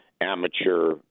amateur